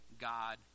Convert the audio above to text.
God